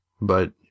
But